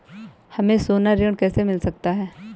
हमें सोना ऋण कैसे मिल सकता है?